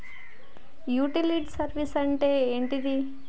Utility service అంటే ఏంటిది?